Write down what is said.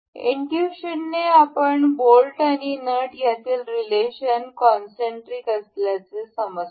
इनट्युशननेआपण bolt आणि nut यांच्यातील relation concentric असल्याचे समजतो